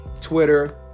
Twitter